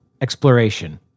exploration